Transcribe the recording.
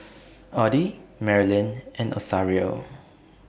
Oddie Merilyn and Rosario